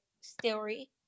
story